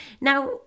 now